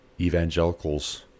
evangelicals